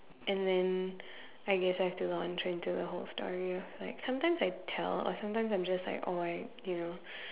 and then I guess I have to log into the whole scenario like sometimes I tell but sometimes I'm just like alright you know